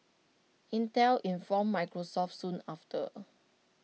Intel informed Microsoft soon after